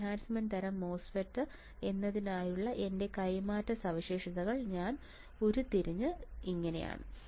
enhancement തരം MOSFET എന്നതിനായുള്ള എന്റെ കൈമാറ്റ സവിശേഷതകൾ ഞാൻ ഉരുത്തിരിഞ്ഞു ഇങ്ങനെയാണ്